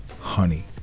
honey